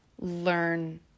learn